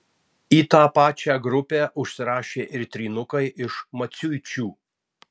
į tą pačią grupę užsirašė ir trynukai iš maciuičių